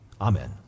Amen